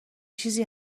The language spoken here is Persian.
چیزی